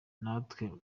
natwe